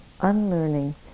unlearning